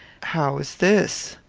how is this?